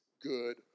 good